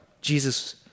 Jesus